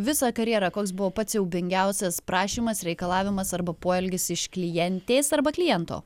visą karjerą koks buvo pats siaubingiausias prašymas reikalavimas arba poelgis iš klientės arba kliento